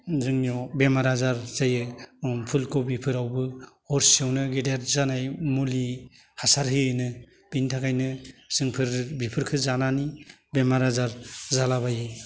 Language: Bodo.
जोंनियाव बेमार आजार जायो ओम फुलखबि फोरावबो हरसेयावनो गेदेर जानाय मुलि हासार होयोनो बिनिथाखायनो जोंफोर बेफोरखो जानानै बेमार आजार जाला बायो